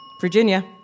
Virginia